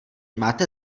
máte